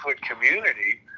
community